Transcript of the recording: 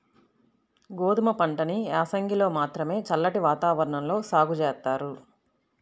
గోధుమ పంటని యాసంగిలో మాత్రమే చల్లటి వాతావరణంలో సాగు జేత్తారు